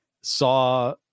saw